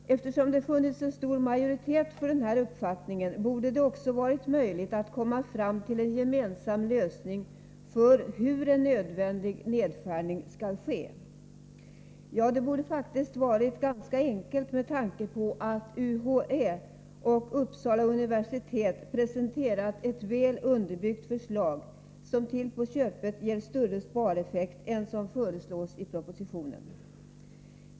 Eftersom det har funnits en stor majoritet för den uppfattningen, borde det också ha varit möjligt att komma fram till en gemensam lösning för hur en nödvändig nedskärning skall ske. Ja, det borde faktiskt ha varit ganska enkelt med tanke på att UHÄ och Uppsala univer: = t har presenterat ett väl underbyggt förslag, som till på köpet ger större s, reffekt än det som föreslås i propositionen.